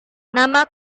nama